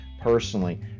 personally